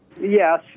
Yes